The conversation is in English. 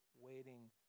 waiting